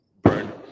burn